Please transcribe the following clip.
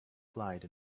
clyde